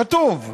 זה כתוב.